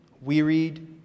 wearied